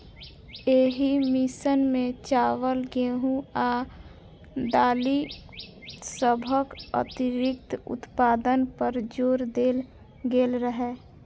एहि मिशन मे चावल, गेहूं आ दालि सभक अतिरिक्त उत्पादन पर जोर देल गेल रहै